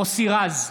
מוסי רז,